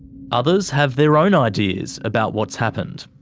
others have their own ideas about what's happened.